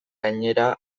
gainera